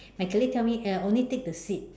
my colleague tell me uh only take the seed